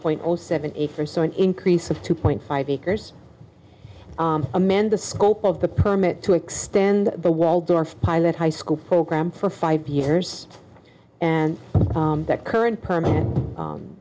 point zero seven a for so an increase of two point five acres amend the scope of the permit to extend the waldorf pilot high school program for five years and that current permit